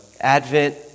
Advent